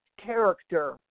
character